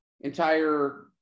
entire